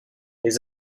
les